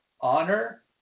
honor